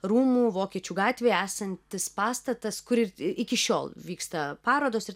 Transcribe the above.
rūmų vokiečių gatvėje esantis pastatas kur ir iki šiol vyksta parodos ir